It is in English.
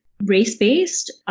race-based